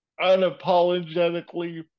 unapologetically